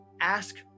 ask